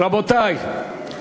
רבותי,